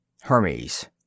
Hermes